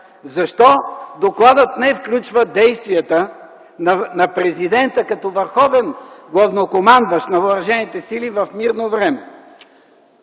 защо докладът не включва действията на президента като върховен главнокомандващ на Въоръжените сили в мирно време.